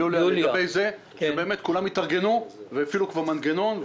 באמת, כולם התארגנו והקימו מנגנון.